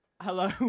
Hello